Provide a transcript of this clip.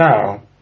now